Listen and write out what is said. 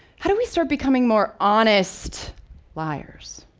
how do we start becoming more honest liars?